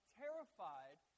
terrified